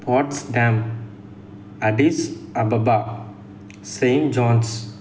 Potsdam Addis Ababa Saint Johne's